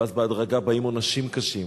ואז בהדרגה באים עונשים קשים,